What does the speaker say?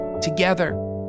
together